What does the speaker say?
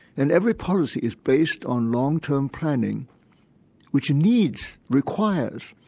and every policy is based on long-term planning which needs, requires,